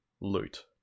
Loot